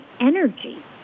energy